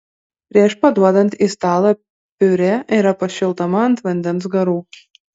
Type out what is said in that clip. prieš paduodant į stalą piurė yra pašildoma ant vandens garų